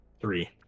Three